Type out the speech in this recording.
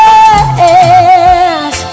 Yes